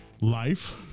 life